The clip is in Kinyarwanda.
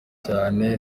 cyane